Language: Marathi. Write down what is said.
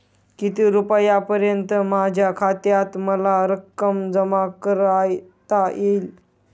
किती रुपयांपर्यंत माझ्या खात्यात मला रक्कम जमा करता येईल?